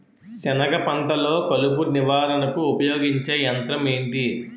సెనగ పంటలో కలుపు నివారణకు ఉపయోగించే యంత్రం ఏంటి?